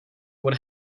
what